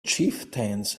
chieftains